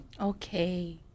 Okay